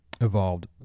evolved